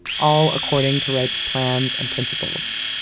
all according to wright's plans and principles